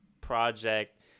project